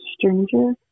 Stranger